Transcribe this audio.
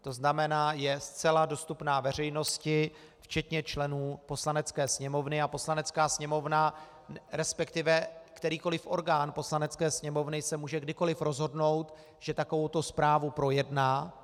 To znamená, že je zcela dostupná veřejnosti včetně členů Poslanecké sněmovny a Poslanecká sněmovna, respektive kterýkoliv orgán Poslanecké sněmovny se může kdykoliv rozhodnout, že takovouto zprávu projedná.